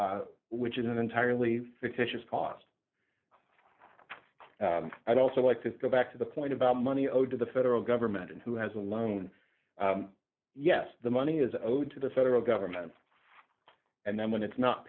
which is an entirely fictitious cost i'd also like to go back to the point about money owed to the federal government and who has a loan yes the money is owed to the federal government and then when it's not